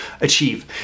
achieve